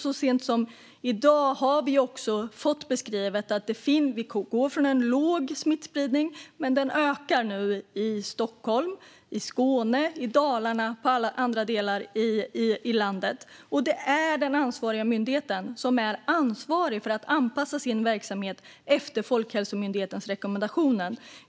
Så sent som i dag har vi fått beskrivet att vi nu går från en låg smittspridning till en ökning i Stockholm, Skåne, Dalarna och andra delar av landet. Det är den ansvariga myndigheten som har att anpassa sin verksamhet utifrån Folkhälsomyndighetens rekommendationer.